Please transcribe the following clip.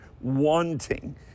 wanting